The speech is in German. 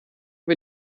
wir